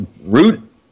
root